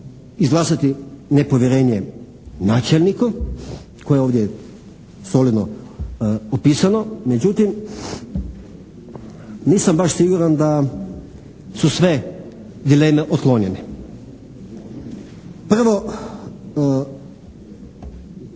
izglasati nepovjerenje načelniku koje je ovdje solidno upisano, međutim nisam baš siguran da su sve dileme otklonjene. Prvo